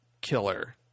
killer